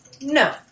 No